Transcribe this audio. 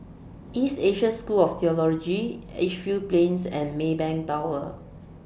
East Asia School of Theology Edgefield Plains and Maybank Tower